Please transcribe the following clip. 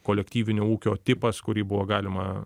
kolektyvinio ūkio tipas kurį buvo galima